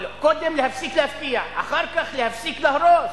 קודם להפסיק להבטיח ואחר כך להפסיק להרוס.